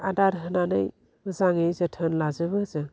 आदार होनानै मोजाङै जोथोन लाजोबो जों